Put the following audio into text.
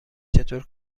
چطور